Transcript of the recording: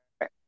right